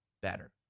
better